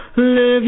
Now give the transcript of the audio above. Live